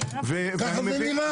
ככה זה נראה.